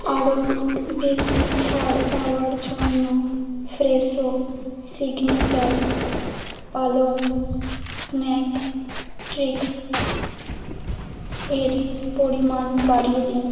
আরও বেশি ছাড় পাওয়ার জন্য ফ্রেশো সিগনেচার পালং স্ন্যাক ট্রিক্স এর পরিমাণ বাড়িয়ে দিন